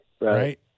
right